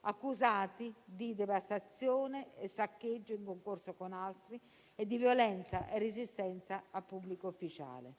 accusati di devastazione e saccheggio in concorso con altri e di violenza e resistenza a pubblico ufficiale.